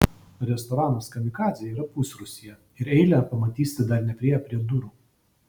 restoranas kamikadzė yra pusrūsyje ir eilę pamatysite dar nepriėję prie durų